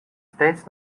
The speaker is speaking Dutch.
steeds